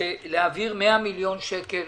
להעביר 100 מיליון שקל